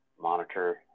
monitor